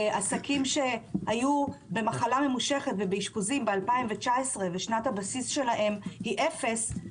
עסקים שהיו במחלה ממושכת ובאשפוזים ב-2019 ושנת הבסיס שלהם היא אפס,